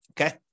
Okay